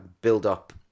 build-up